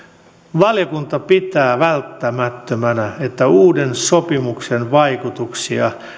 valiokunta pitää välttämättömänä että uuden sopimuksen vaikutuksia